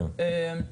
אם כך,